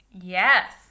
yes